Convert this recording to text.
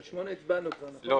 על סעיף 8 הצבענו כבר, נכון?